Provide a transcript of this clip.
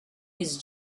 his